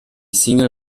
single